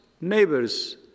neighbors